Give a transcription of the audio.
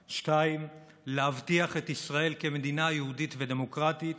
2. להבטיח את ישראל כמדינה יהודית ודמוקרטית,